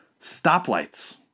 Stoplights